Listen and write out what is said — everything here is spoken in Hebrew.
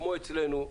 כמו אצלנו,